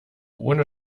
ohne